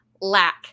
lack